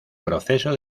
proceso